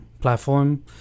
platform